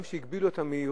גם כשהגבילו את המהירות